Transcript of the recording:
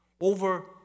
over